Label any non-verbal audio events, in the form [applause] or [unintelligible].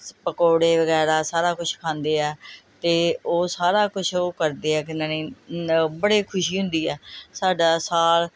ਸ ਪਕੌੜੇ ਵਗੈਰਾ ਸਾਰਾ ਕੁਛ ਖਾਂਦੇ ਆ ਅਤੇ ਉਹ ਸਾਰਾ ਕੁਛ ਉਹ ਕਰਦੇ ਆ ਕਿੰਨਾਂ ਨੇ [unintelligible] ਬੜੇ ਖੁਸ਼ੀ ਹੁੰਦੀ ਆ ਸਾਡਾ ਸਾਲ